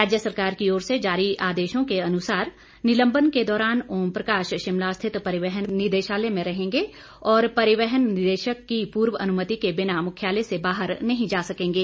राज्य सरकार की ओर से जारी आदेशों के अनुसार निलम्बन के दौरान ओम प्रकाश शिमला स्थित परिवहन निदेशालय में रहेंगे और परिवहन निदेशक पूर्व अनुमति के बिना मुख्यालय से बाहर नहीं जा सकेंगे